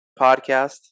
podcast